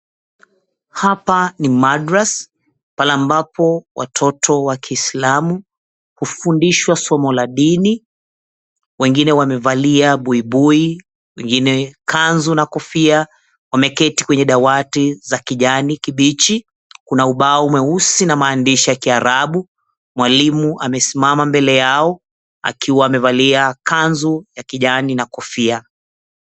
Hapa ni madarasa pale ambapo watoto wa kislamu hufundishwa somo la dini. Wengine wamevaa buibui, wengine kanzu na kofia wameketi kwenye dawati za kijani kibichi kuna ubao mweusi na maandishi ya kiarabu. Mwalimu amesimama mbele yao akiwa amevalia kanzu ya kijani na kofia.